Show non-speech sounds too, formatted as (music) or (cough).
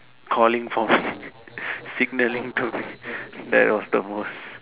calling for me (laughs) signalling to me that was the most